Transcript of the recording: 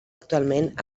actualment